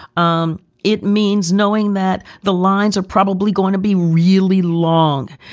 um it means knowing that the lines are probably going to be really long.